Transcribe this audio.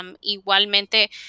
Igualmente